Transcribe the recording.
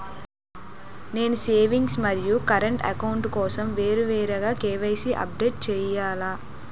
నేను సేవింగ్స్ మరియు current account కోసం వేరువేరుగా కే.వై.సీ అప్డేట్ చేయాలా?